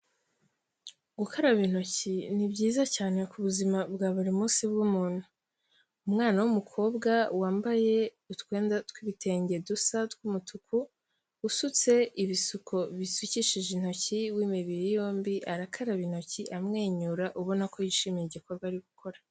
Gukaraba intoki ni byiza cyane ku buzima bwa buri munsi bw'umuntu, umwana w'umukobwa wambaye utwenda tw'ibitenge dusa tw'umutuku, usutse ibisuko bisukishije intoki w'imibiri yombi, arakaraba intoki amwenyura ubona ko yishimiye igikorwa ari gukora.